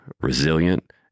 resilient